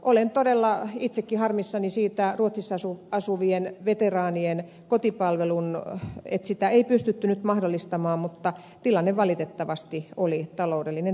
olen todella itsekin harmissani siitä ruotsissa asuvien veteraanien kotipalvelusta että sitä ei pystytty nyt mahdollistamaan mutta valitettavasti taloudellinen tilanne oli tämä